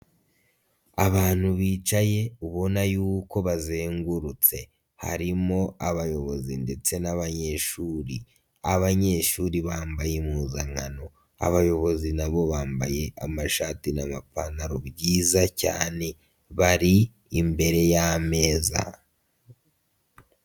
Abantu bicaye ubona y'uko bazengurutse harimo abayobozi ndetse n'abanyeshuri, abanyeshuri bambaye impuzankano, abayobozi nabo bambaye amashati n'amapantaro byiza cyane, bari imbere y'ameza.